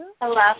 Hello